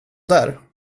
där